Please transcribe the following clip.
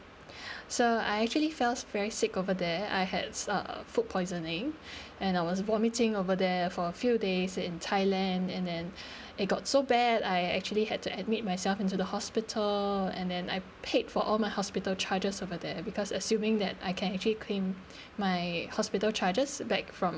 so I actually fell very sick over there I has a food poisoning and I was vomiting over there for a few days in thailand and then it got so bad I actually had to admit myself into the hospital and then I paid for all my hospital charges over there because assuming that I can actually claim my hospital charges back from